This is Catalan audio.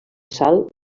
sal